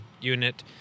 unit